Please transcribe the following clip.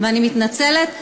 ואני מתנצלת,